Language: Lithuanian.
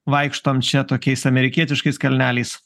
vaikštom čia tokiais amerikietiškais kalneliais